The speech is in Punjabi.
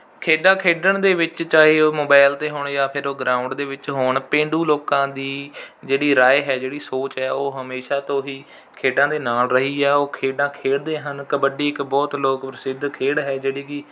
ਖੇਡਾਂ ਖੇਡਣ ਦੇ ਵਿੱਚ ਚਾਹੇ ਉਹ ਮੋਬਾਈਲ 'ਤੇ ਹੋਣ ਜਾਂ ਫਿਰ ਗਰਾਊਂਡ ਦੇ ਵਿੱਚ ਹੋਣ ਪੇਂਡੂ ਲੋਕਾਂ ਦੀ ਜਿਹੜੀ ਰਾਇ ਹੈ ਜਿਹੜੀ ਸੋਚ ਹੈ ਓਹ ਹਮੇਸ਼ਾ ਤੋਂ ਹੀ ਖੇਡਾਂ ਦੇ ਨਾਲ ਰਹੀ ਹੈ ਉਹ ਖੇਡਾਂ ਖੇਡਦੇ ਹਨ ਕਬੱਡੀ ਇੱਕ ਬਹੁਤ ਲੋਕ ਪ੍ਰਸਿੱਧ ਖੇਡ ਹੈ ਜਿਹੜੀ ਕਿ